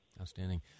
Outstanding